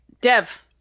Dev